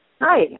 Hi